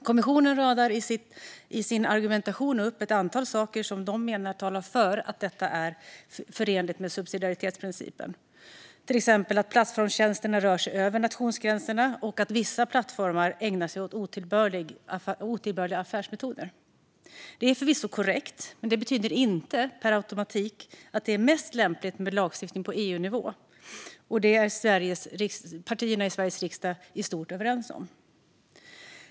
Kommissionen radar i sin argumentation upp ett antal saker som man menar talar för att detta är förenligt med subsidiaritetsprincipen, till exempel att plattformstjänsterna rör sig över nationsgränserna och att vissa plattformar ägnar sig åt otillbörliga affärsmetoder. Det är förvisso korrekt, men det betyder inte per automatik att det är mest lämpligt med lagstiftning på EU-nivå. Det är partierna i Sveriges riksdag i stort sett överens om.